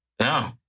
No